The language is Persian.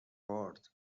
کرد